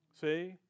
See